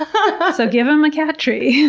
but ah so give him a cat tree.